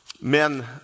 Men